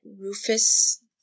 Rufus